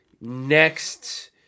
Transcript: next